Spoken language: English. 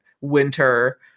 winter